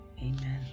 amen